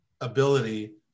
ability